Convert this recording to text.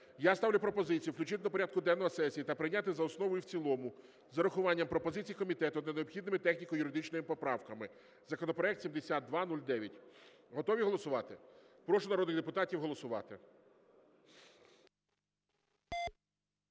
Я ставлю пропозицію включити до порядку денного сесії та прийняти за основу і в цілому з урахуванням пропозицій комітету та необхідними техніко-юридичними поправками законопроект 7209. Готові голосувати? Прошу народних депутатів голосувати.